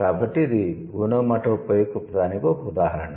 కాబట్టి ఇది ఓనోమాటోపోయిక్ పదానికి ఒక ఉదాహరణ